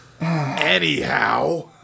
Anyhow